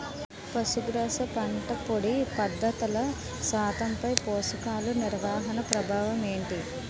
పశుగ్రాస పంట పొడి పదార్థాల శాతంపై పోషకాలు నిర్వహణ ప్రభావం ఏమిటి?